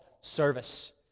service